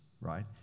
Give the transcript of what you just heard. right